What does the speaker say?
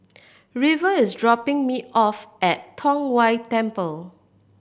river is dropping me off at Tong Whye Temple